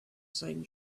same